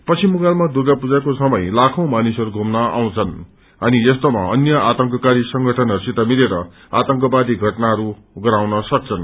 पश्चिम बंगालमा दुर्गा पूजाको समय लाखौं मानिसहरू घुम्न आउँछन् अनि यस्तोमा अन्य आतंककारी संगठनहरूसित मिलेर आतंकवादी घटनाहरू गराउन सक्छन्